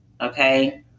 okay